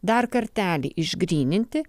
dar kartelį išgryninti